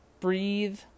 breathe